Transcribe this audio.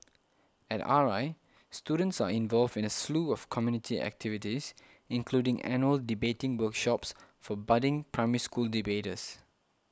at R I students are involved in a slew of community activities including annual debating workshops for budding Primary School debaters